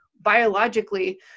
biologically